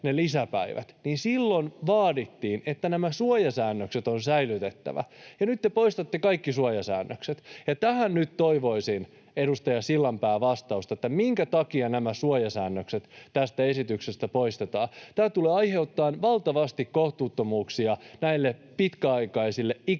niin silloin vaadittiin, että nämä suojasäännökset on säilytettävä, mutta nyt te poistatte kaikki suojasäännökset. Nyt toivoisin, edustaja Sillanpää, vastausta siihen, minkä takia nämä suojasäännökset tästä esityksestä poistetaan. Tämä tulee aiheuttamaan valtavasti kohtuuttomuuksia näille ikääntyneille pitkäaikaistyöttömille.